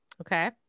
Okay